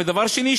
ודבר שני,